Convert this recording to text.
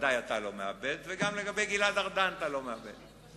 ודאי אתה לא מאבד תקווה וגם לגבי גלעד ארדן אתה לא מאבד תקווה.